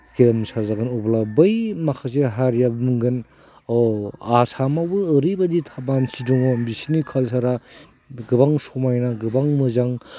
गेरेमसा जागोन अब्ला बै माखासे हारिया बुंगोन अ आसामावबो ओरैबायदि मानसि दङ बिसिनि कालचारा गोबां समायना गोबां मोजां